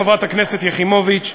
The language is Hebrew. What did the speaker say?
חברת הכנסת יחימוביץ,